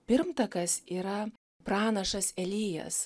pirmtakas yra pranašas elyjas